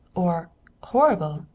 or horrible,